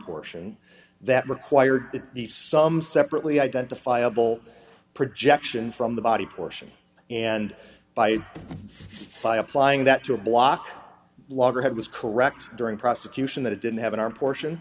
portion that required that these some separately identifiable projection from the body portion and by by applying that to a block loggerhead was correct during prosecution that it didn't have an r portion